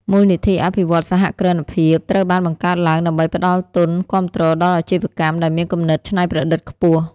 មូលនិធិអភិវឌ្ឍន៍សហគ្រិនភាពត្រូវបានបង្កើតឡើងដើម្បីផ្តល់ទុនគាំទ្រដល់អាជីវកម្មដែលមានគំនិតច្នៃប្រឌិតខ្ពស់។